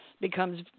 becomes